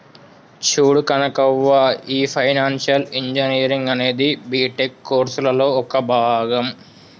చూడు కనకవ్వ, ఈ financial engineering అనేది బీటెక్ కోర్సులలో ఒక భాగం